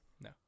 No